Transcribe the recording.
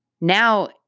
Now